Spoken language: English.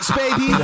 baby